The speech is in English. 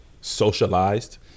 socialized